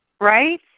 right